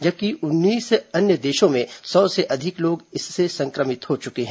जबकि उन्नीस अन्य देशों में सौ से अधिक लोग इससे संक्रमित हो चुके हैं